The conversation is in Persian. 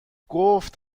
گفت